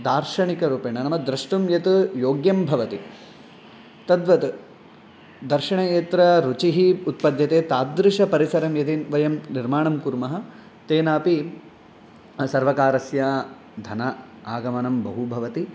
दार्शनिक रूपेण नाम द्रष्टुं यत् योग्यं भवति तद्वत् दर्शने यत्र रुचिः उत्पद्यते तादृशं परिसरं वयं यदि निर्माणं कुर्मः तेनापि सर्वकारस्य धनागमनं बहु भवति